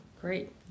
Great